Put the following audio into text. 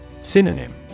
Synonym